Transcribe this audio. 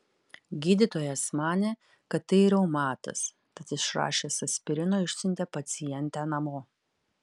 gydytojas manė kad tai reumatas tad išrašęs aspirino išsiuntė pacientę namo